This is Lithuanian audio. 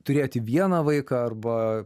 turėti vieną vaiką arba